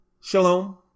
Shalom